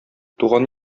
туган